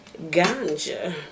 ganja